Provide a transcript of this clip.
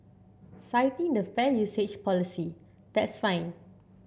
citing the fair usage policy that's fine